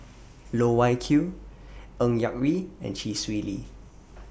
Loh Wai Kiew Ng Yak Whee and Chee Swee Lee